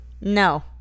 No